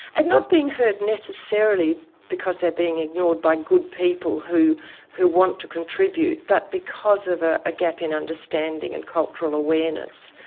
and not being heard necessarily because they're being ignored by good people who who want to contribute but because of a ah gap in understanding and cultural awareness.